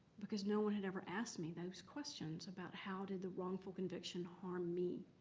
because no one had ever asked me those questions about how did the wrongful conviction harm me?